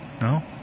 No